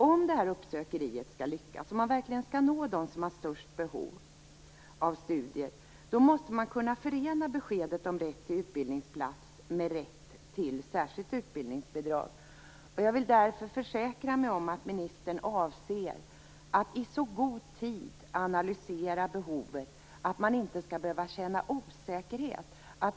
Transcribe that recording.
Om den här uppsökande verksamheten verkligen skall lyckas, om man verkligen skall nå dem som har störst behov av studier, måste man kunna förena beskedet om rätt till utbildningsplats med ett besked om rätt till särskilt utbildningsbidrag. Jag vill därför försäkra mig om att ministern avser att analysera behovet i så god tid att man inte skall behöva känna osäkerhet.